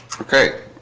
okay,